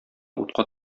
утка